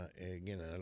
Again